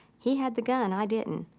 he had the gun, i didn't.